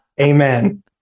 Amen